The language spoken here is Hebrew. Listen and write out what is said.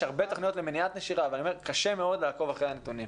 יש הרבה תוכניות למניעת נשירה אבל קשה מאוד לעקוב אחרי הנתונים.